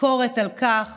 ביקורת על כך